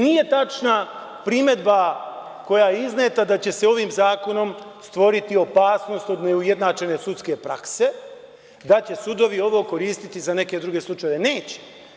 Nije tačna primedba koja je izneta da će se ovim zakonom stvoriti opasnost od neujednačene sudske prakse, da će sudovi ovo koristiti za neke druge slučajeve, neće.